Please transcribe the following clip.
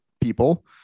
people